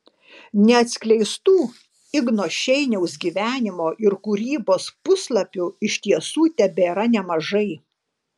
neatskleistų igno šeiniaus gyvenimo ir kūrybos puslapių iš tiesų tebėra nemažai